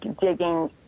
digging